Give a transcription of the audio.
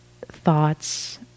thoughts